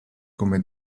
come